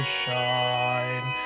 shine